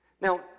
Now